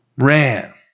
ran